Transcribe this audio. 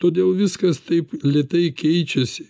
todėl viskas taip lėtai keičiasi